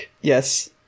Yes